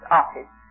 office